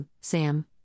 Sam